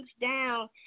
down